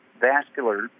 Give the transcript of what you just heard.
vascular